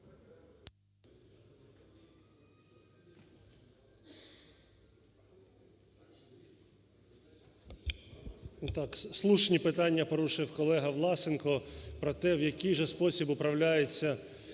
Слушні питання порушив колегаВласенко про те, в який же спосіб управляється